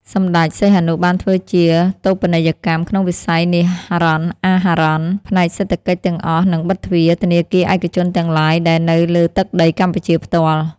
សម្តេច សីហនុបានធ្វើជាតូបនីយកម្មក្នុងវិស័យនីហរ័ណ អាហរ័ណ ផ្នែកសេដ្ឋកិច្ចទាំងអស់ និងបិទទ្វារ ធនាគារឯកជនទាំងឡាយដែលនៅលើទឹកដីកម្ពុជាផ្ទាល់។